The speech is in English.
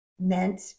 meant